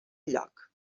lloc